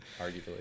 arguably